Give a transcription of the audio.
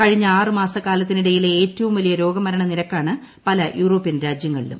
കഴിഞ്ഞ ആറ് മാസക്കാലത്തിനിടയിലെ ഏറ്റവും വലിയ രോഗ മരണനിരക്കാണ് പല യൂറോപ്യൻ രാജ്യങ്ങളിലും